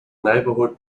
neighborhood